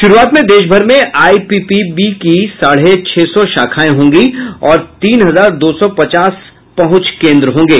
श्रूआत में देश भर में आईपीपीबी की साढ़े छह सौ शाखाएं होंगी और तीन हजार दो सौ पचास पहुंच केन्द्र होंगे